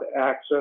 access